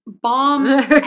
Bomb